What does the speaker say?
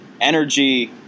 energy